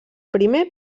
primer